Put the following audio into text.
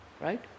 right? –